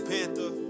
Panther